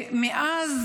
מאז